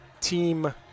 team